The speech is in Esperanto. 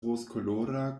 rozkolora